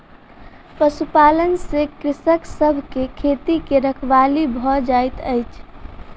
पशुपालन से कृषक सभ के खेती के रखवाली भ जाइत अछि